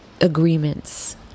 agreements